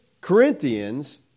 Corinthians